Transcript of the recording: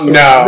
no